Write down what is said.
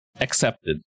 accepted